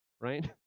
right